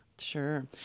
Sure